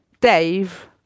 Dave